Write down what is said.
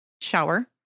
shower